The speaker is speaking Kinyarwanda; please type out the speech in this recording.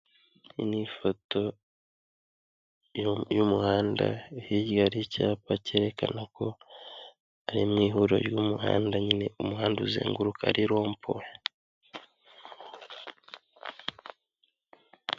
Ni ifoto y'umuhanda hirya hari cyapa kerekana ko ari imihuro y'umuhanda nyine umuhanda uzenguruka ari rompuwe.